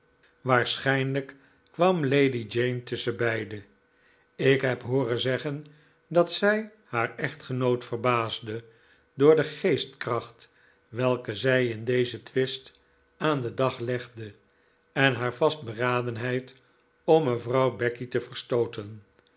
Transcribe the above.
waarschijnlijk kwam lady jane tusschen beide ik heb hooren zeggen dat zij haar echtgenoot verbaasde door de geestkracht welke zij in dezen twist aan den dag legde en haar vastberadenheid om mevrouw becky te verstooten